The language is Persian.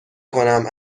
کنم